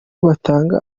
batanga